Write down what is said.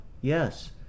yes